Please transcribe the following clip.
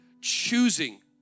choosing